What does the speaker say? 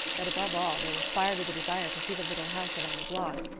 but, above all, they were fired with a desire to see the little house around the block.